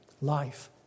Life